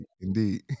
indeed